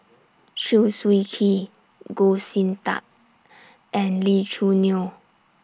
Chew Swee Kee Goh Sin Tub and Lee Choo Neo